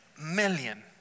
million